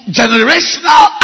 generational